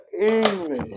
English